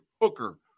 Hooker